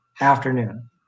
afternoon